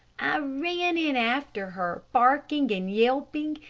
i ran in after her, barking and yelping,